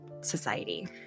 society